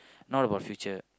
not about future